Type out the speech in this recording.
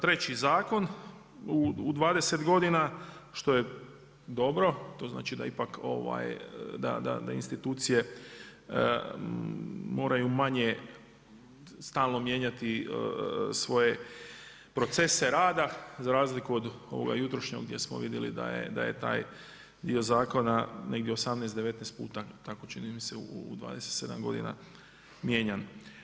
Treći zakon u 20 godina, što je dobro, to znači da ipak, da institucije moraju manje stalno mijenjati svoje procese rada za razliku od ovoga jutrošnjeg gdje smo vidjeli da je taj dio zakona negdje 18, 19 puta, tako čini mi se u 27 godina mijenjan.